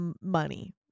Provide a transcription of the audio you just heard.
money